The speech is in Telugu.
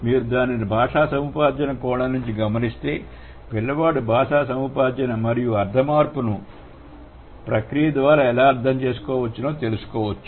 మీరు దానిని భాషా సముపార్జన కోణం నుండి గమనిస్తే పిల్లవాడు భాషా సముపార్జన మరియు అర్థ మార్పును ప్రక్రియ ద్వారా ఎలా అర్థం చేసుకోవచ్చునో తెలుసుకో వచ్చును